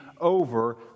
over